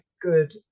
good